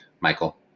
Michael